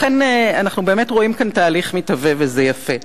לכן אנחנו באמת רואים כאן תהליך מתהווה, וזה יפה.